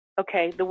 Okay